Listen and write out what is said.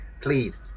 Please